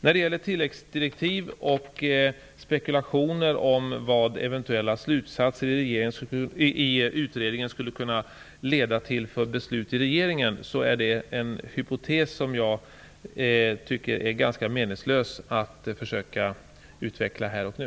När det gäller tilläggsdirektiv och spekulationer om vad eventuella slutsatser i utredningen skulle kunna leda till för beslut i regeringen, så är det hypoteser som jag tycker att det är ganska meningslöst att försöka utveckla här och nu.